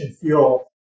fuel